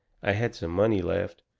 i had some money left,